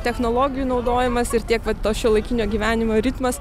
technologijų naudojimas ir tiek vat to šiuolaikinio gyvenimo ritmas